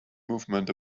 movement